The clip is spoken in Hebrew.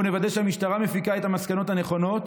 בואו נוודא שהמשטרה מפיקה את המסקנות הנכונות